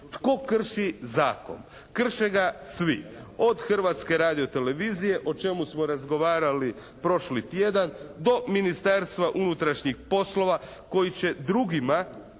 Tko krši zakon? Krše ga svi, od Hrvatske radiotelevizije o čemu smo razgovarali prošli tjedan do Ministarstva unutrašnjih poslova koji će drugima